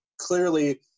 clearly